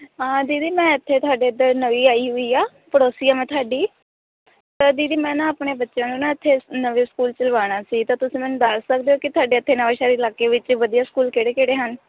ਹਾਂ ਦੀਦੀ ਮੈਂ ਇੱਥੇ ਤੁਹਾਡੇ ਇੱਧਰ ਨਵੀਂ ਆਈ ਹੋਈ ਆ ਪੜੋਸੀ ਹਾਂ ਮੈਂ ਤੁਹਾਡੀ ਤਾਂ ਦੀਦੀ ਮੈਂ ਨਾ ਆਪਣੇ ਬੱਚਿਆਂ ਨੂੰ ਨਾ ਇੱਥੇ ਨਵੇਂ ਸਕੂਲ 'ਚ ਲਵਾਉਣਾ ਸੀ ਤਾਂ ਤੁਸੀਂ ਮੈਨੂੰ ਦੱਸ ਸਕਦੇ ਹੋ ਕਿ ਤੁਹਾਡੇ ਇੱਥੇ ਨਵਾਂ ਸ਼ਹਿਰ ਇਲਾਕੇ ਵਿੱਚ ਵਧੀਆ ਸਕੂਲ ਕਿਹੜੇ ਕਿਹੜੇ ਹਨ